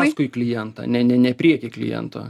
paskui klientą ne ne ne prieky kliento